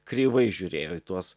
kreivai žiūrėjo į tuos